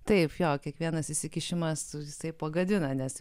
taip jo kiekvienas įsikišimas jisai pagadina nes